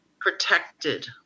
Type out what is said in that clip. protected